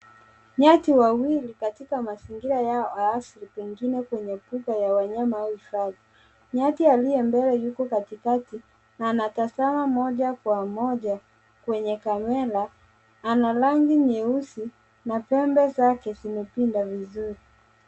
Nyati wawili katika mazingira yao ya asili pengine kwenye mbuga ya wanyama au hifadhi. Nyati aliye mbele yuko katikati na anatazama moja kwa moja kwenye kamera. Ana rangi nyeusi na pembe zake zimepinda vizuri.